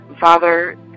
Father